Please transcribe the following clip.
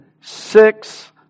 six